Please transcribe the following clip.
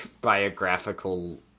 biographical